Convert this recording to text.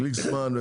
גליקסמן,